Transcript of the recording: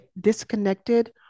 disconnected